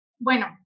Bueno